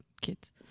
kids